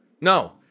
No